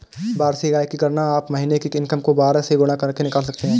वार्षिक आय की गणना आप महीने की इनकम को बारह से गुणा करके निकाल सकते है